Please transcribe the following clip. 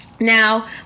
now